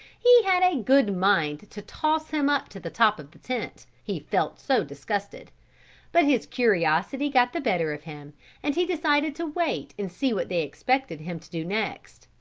he had a good mind to toss him up to the top of the tent, he felt so disgusted but his curiosity got the better of him and he decided to wait and see what they expected him to do next.